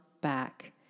back